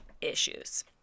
issues